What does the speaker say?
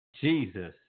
jesus